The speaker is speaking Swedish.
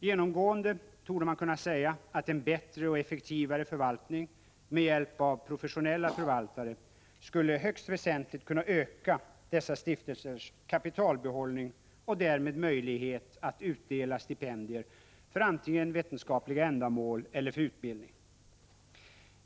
Genomgående torde man kunna säga att en bättre och effektivare förvaltning med hjälp av professionella förvaltare skulle högst väsentligt kunna öka dessa stiftelsers kapitalbehållning och därmed deras möjlighet att utdela stipendier eller anslag för antingen vetenskapliga ändamål eller utbildning.